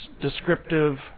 descriptive